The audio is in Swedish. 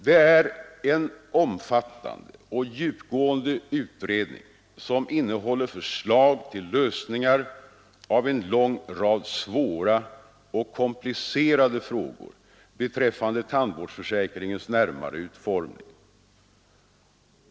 Det är en omfattande och djupgående utredning som innehåller förslag till lösningar av en lång rad svåra och komplicerade frågor beträffande tandvårdsförsäkringens närmare utformning.